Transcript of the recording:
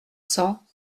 cents